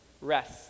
Rest